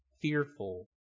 fearful